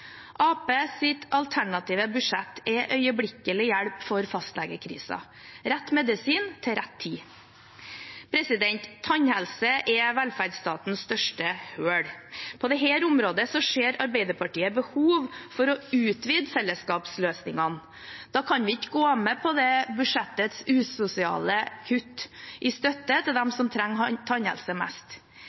alternative budsjett er øyeblikkelig hjelp for fastlegekrisen – rett medisin til rett tid. Tannhelse er velferdsstatens største hull. På dette området ser Arbeiderpartiet behov for å utvide fellesskapsløsningene. Da kan vi ikke gå med på budsjettets usosiale kutt i støtte til dem som trenger tannhelse mest.